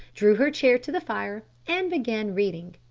drew her chair to the fire, and began reading.